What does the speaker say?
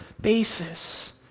basis